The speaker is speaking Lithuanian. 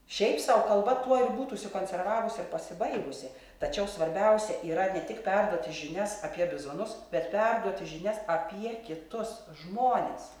šiaip sau kalba tuoj būtų užsikonservavusi ir pasibaigusi tačiau svarbiausia yra ne tik perduoti žinias apie bizonus bet perduoti žinias apie kitus žmones